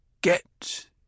get